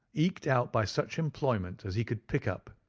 eked out by such employment as he could pick up,